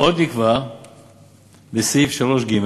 עוד נקבע בסעיף 3(ג)